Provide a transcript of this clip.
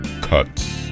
cuts